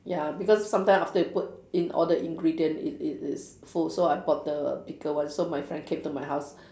ya because sometimes after you put in all the ingredient it it it's full so I bought the bigger one so my friend came to my house